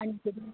अनि खेरि